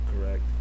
correct